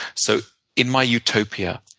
so in my utopia,